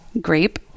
grape